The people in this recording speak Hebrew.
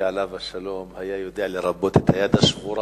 עליו השלום היה יודע לרפא את היד השבורה.